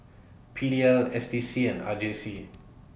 P D L S D C and R J C